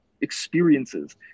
experiences